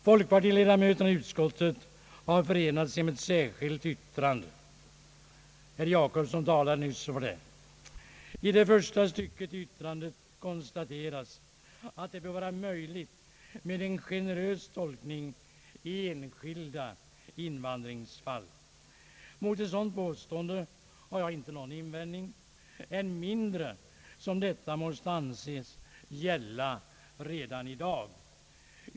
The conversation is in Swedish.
Folkpartiledamöterna i utskottet har förenat sig i ett särskilt yttrande. Herr Jacobsson talade nyss om det. I det första stycket i yttrandet konstateras att det bör vara möjligt med en generös tolkning i enskilda invandringsfall. Mot ett sådant påstående har jag inte någon invändning — än mindre som detta måste anses gälla redan i dag.